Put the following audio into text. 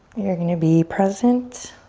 you're gonna be present,